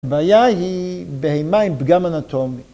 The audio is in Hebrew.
הבעיה היא בהימאים פגם אנטומי.